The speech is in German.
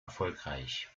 erfolgreich